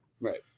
Right